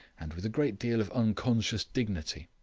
and with a great deal of unconscious dignity.